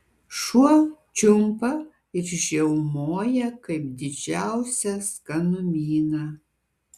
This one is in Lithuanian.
šuo čiumpa ir žiaumoja kaip didžiausią skanumyną